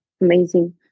amazing